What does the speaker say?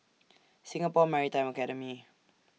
Singapore Maritime Academy